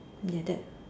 ya